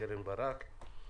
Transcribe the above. קרן ברק,